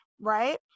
Right